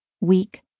weak